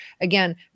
Again